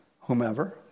whomever